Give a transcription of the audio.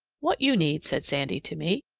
what you need, said sandy to me,